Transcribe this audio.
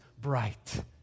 bright